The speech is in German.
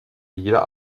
jeder